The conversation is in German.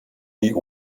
die